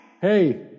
Hey